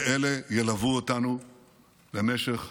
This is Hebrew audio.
ואלה ילוו אותנו במשך המלחמה.